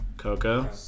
Coco